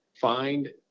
find